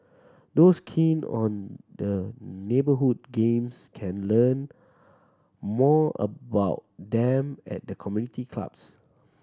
those keen on the neighbourhood games can learn more about them at the community clubs